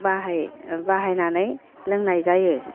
बाहाय बाहायनानै लोंनाय जायो